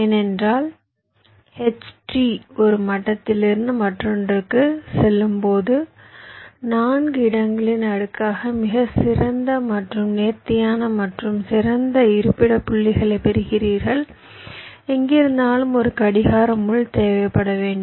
ஏனென்றால் H tree ஒரு மட்டத்திலிருந்து மற்றொன்றுக்குச் செல்லும்போது 4 இடங்களின் அடுக்காக மிகச்சிறந்த மற்றும் நேர்த்தியான மற்றும் சிறந்த இருப்பிட புள்ளிகளைப் பெறுகிறீர்கள் எங்கிருந்தாலும் ஒரு கடிகார முள் தேவைப்பட வேண்டும்